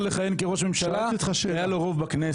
לכהן כראש ממשלה כי היה לו רוב בכנסת.